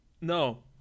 No